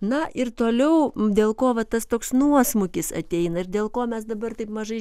na ir toliau dėl ko va tas toks nuosmukis ateina ir dėl ko mes dabar taip mažai